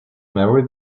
marry